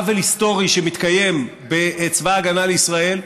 עוול היסטורי שמתקיים בצבא הגנה לישראל,